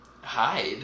hide